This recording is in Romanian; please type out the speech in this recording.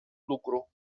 lucru